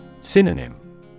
Synonym